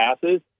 passes